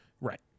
right